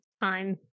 time